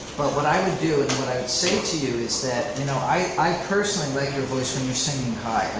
but what i would do and what i would say to you is that you know i i personally like your voice when you're singing high.